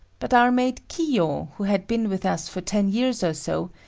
but our maid kiyo, who had been with us for ten years or so,